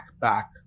back